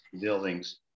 buildings